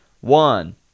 One